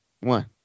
One